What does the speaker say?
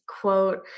Quote